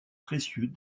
précieux